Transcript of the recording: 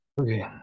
Okay